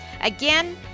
again